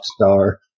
star